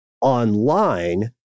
online